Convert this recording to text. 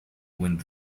buen